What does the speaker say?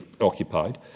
occupied